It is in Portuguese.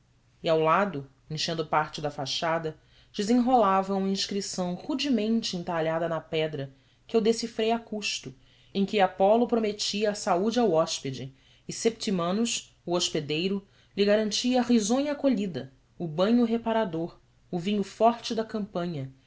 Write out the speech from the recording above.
e ao lado enchendo parte da fachada desenrolava se uma inscrição rudemente entalhada na pedra que eu decifrei a custo e em que apolo prometia a saúde ao hóspede e septimano o hospedeiro lhe garantia risonha acolhida o banho reparador vinho forte da campânia